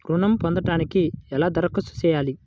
ఋణం పొందటానికి ఎలా దరఖాస్తు చేయాలి?